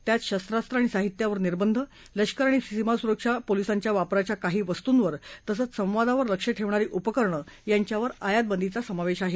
त्यामधे शस्त्रास्त्र आणि साहित्यावर निर्बंध लष्कर अणि सीमा सुरक्षा पोलिसांच्या वापराच्या काही वस्तूंवर तसंच संवादावर लक्ष ठेवणारी उपकरणं यांच्यावर आयातबंदीचा समावेश आहे